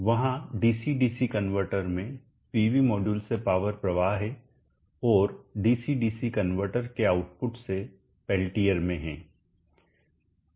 वहां DC DC converter में PV module से पावर प्रवाह है और डीसी डीसी कनवर्टर के आउटपुट से पेल्टियर में है